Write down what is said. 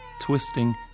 twisting